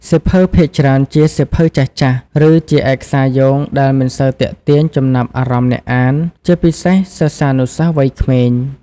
សៀវភៅភាគច្រើនជាសៀវភៅចាស់ៗ ឬជាឯកសារយោងដែលមិនសូវទាក់ទាញចំណាប់អារម្មណ៍អ្នកអាន ជាពិសេសសិស្សានុសិស្សវ័យក្មេង។